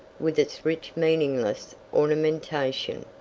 with its rich meaningless ornamentation.